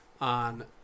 On